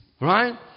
Right